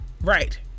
Right